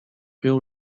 feel